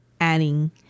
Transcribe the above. Adding